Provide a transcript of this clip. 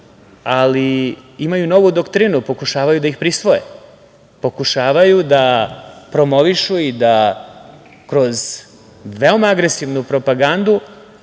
ali imaju novu doktrinu, pokušavaju da ih prisvoje. Pokušavaju da promovišu nešto i da kroz veoma agresivnu propagandu